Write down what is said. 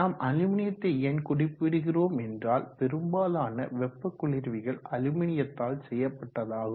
நாம் அலுமினியத்தை ஏன் குறிப்பிடுகிறோம் என்றால் பெரும்பாலான வெப்ப குளிர்விகள் அலுமினியத்தால் செய்யப்பட்டதாகும்